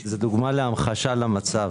זה המחשה למצב.